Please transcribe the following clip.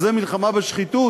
אז זו מלחמה בשחיתות?